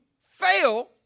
fail